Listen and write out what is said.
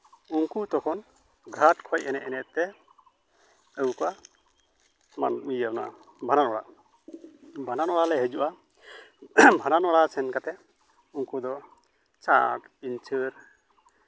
ᱩᱱᱠᱩ ᱛᱚᱠᱷᱚᱱ ᱜᱷᱟᱴ ᱠᱷᱚᱱ ᱮᱱᱮᱡ ᱮᱱᱮᱡ ᱛᱮ ᱟᱹᱜᱩ ᱠᱚᱣᱟ ᱚᱱᱟ ᱤᱭᱟᱹ ᱚᱱᱟ ᱵᱷᱟᱸᱰᱟᱱ ᱚᱲᱟᱜ ᱵᱷᱟᱸᱰᱟᱱ ᱚᱲᱟᱜ ᱞᱮ ᱦᱤᱡᱩᱜᱼᱟ ᱵᱷᱟᱸᱰᱟᱱ ᱚᱲᱟᱜ ᱥᱮᱱ ᱠᱟᱛᱮᱫ ᱩᱱᱠᱩ ᱫᱚ ᱪᱷᱟᱴ ᱯᱤᱧᱪᱟᱹᱨ